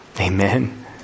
Amen